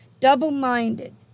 double-minded